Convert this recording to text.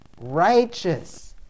righteous